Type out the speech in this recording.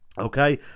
okay